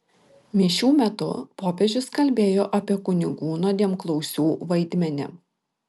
mišių metu popiežius kalbėjo apie kunigų nuodėmklausių vaidmenį